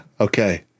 okay